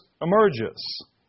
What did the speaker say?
emerges